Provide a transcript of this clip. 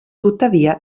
tuttavia